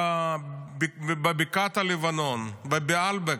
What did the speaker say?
בבקעת הלבנון, בבעלבכ.